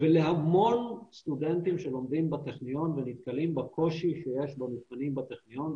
ולהמון סטודנטים שלומדים בטכניון ונתקלים בקושי שיש במבחנים בטכניון,